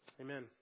Amen